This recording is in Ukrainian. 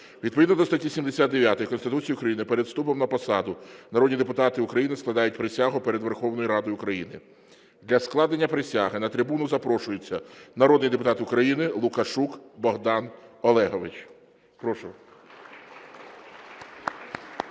Відповідно до статті 79 Конституції України перед вступом на посаду народні депутати України складають присягу перед Верховною Радою України. Для складення присяги на трибуну запрошується народний депутат України Ташева